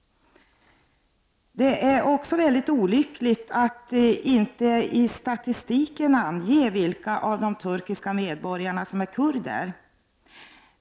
Det är även olyckligt att det i statistiken inte anges vilka av de turkiska medborgarna som är kurder.